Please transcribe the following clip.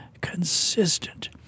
consistent